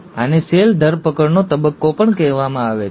આને સેલ ધરપકડનો તબક્કો પણ કહેવામાં આવે છે